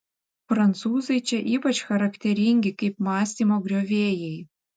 prancūzai čia ypač charakteringi kaip mąstymo griovėjai